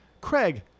Craig